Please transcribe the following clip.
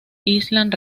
island